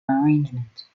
arrangement